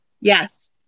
Yes